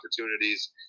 opportunities